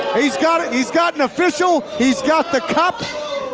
he's got he's got an official, he's got the cup!